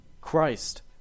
Christ